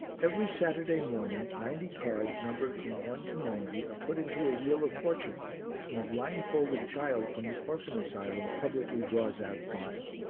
every saturday morning ninety cards numbered from one to ninety are put into a wheel of fortune and a blind-folded child from the orphan asylum publicly draws out five.